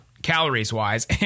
calories-wise